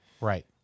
Right